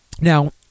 Now